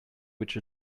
which